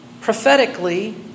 prophetically